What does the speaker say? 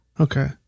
okay